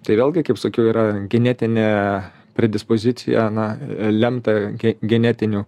tai vėlgi kaip sakiau yra genetinė predispozicija na lemta genetinių